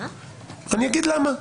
אני אגיד למה.